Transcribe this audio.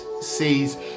says